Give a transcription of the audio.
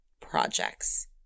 projects